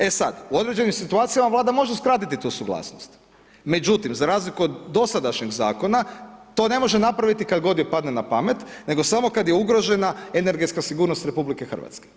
E sad, u određenim situacijama Vlada može skratiti tu suglasnost, međutim za razliku od dosadašnjeg Zakona, to ne može napraviti kad god joj padne na pamet, nego samo kad je ugrožena energetska sigurnost Republike Hrvatske.